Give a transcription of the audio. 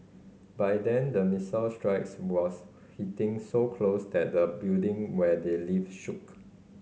by then the missile strikes were hitting so close that the building where they lived shook